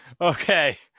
Okay